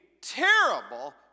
terrible